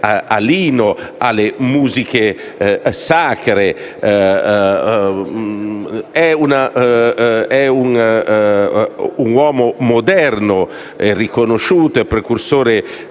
alle musiche sacre. È un uomo moderno, riconosciuto precursore